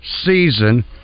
season